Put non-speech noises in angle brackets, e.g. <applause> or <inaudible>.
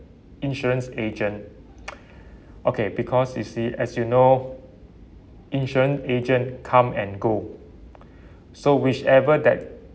insurance agent <noise> <breath> okay because you see as you know insurance agent come and go so whichever that